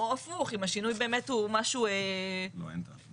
חמש שנים בסך הכל,